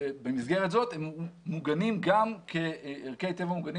במסגרת זאת הם מוגנים גם כערכי טבע מוגנים